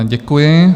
Děkuji.